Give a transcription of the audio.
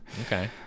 Okay